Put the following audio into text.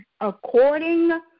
according